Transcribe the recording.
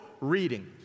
reading